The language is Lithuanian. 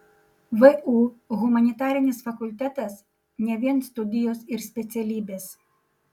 vu humanitarinis fakultetas ne vien studijos ir specialybės